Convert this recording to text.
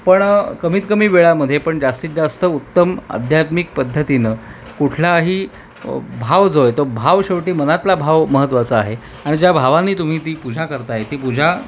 पण कमीत कमी वेळामध्ये पण जास्तीत जास्त उत्तम अध्यात्मिक पद्धतीनं कुठलाही भाव जो आहे तो भाव शेवटी मनातला भाव महत्त्वाचा आहे आणि ज्या भावानी तुम्ही ती पूजा करताय ती पूजा